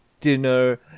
dinner